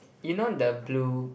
you know the blue